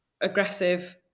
aggressive